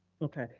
okay.